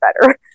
better